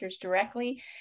directly